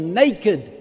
naked